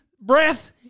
breath